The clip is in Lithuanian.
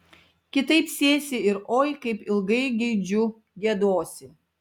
kitaip sėsi ir oi kaip ilgai gaidžiu giedosi